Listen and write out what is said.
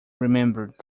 remembered